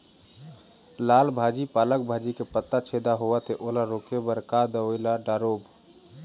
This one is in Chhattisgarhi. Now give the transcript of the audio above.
लाल भाजी पालक भाजी के पत्ता छेदा होवथे ओला रोके बर का दवई ला दारोब?